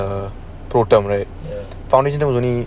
err pro term right foundation there was only